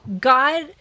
God